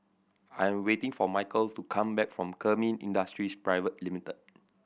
I am waiting for Michal to come back from Kemin Industries Private Limited